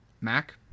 Mac